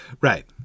Right